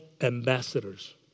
ambassadors